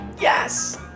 Yes